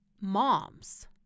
moms